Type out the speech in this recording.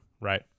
right